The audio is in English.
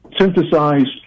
synthesized